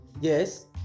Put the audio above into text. Yes